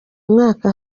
mwaka